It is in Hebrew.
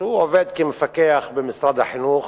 שעובד כמפקח במשרד החינוך,